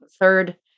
third